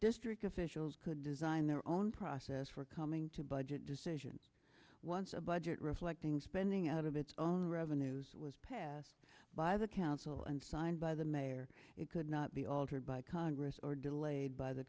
district officials could design their own process for coming to budget decisions once a budget reflecting spending out of its own revenues was passed by the council and signed by the mayor it could not be altered by congress or delayed by the